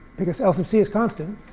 because l sub c is constant.